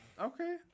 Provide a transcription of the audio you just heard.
Okay